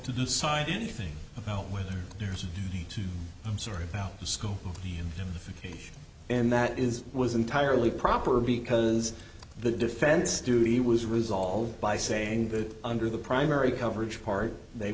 to decide anything about whether there's two i'm sorry about the school and that is was entirely proper because the defense duty was resolved by saying that under the primary coverage part they